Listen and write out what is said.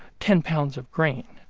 ten pounds of grain,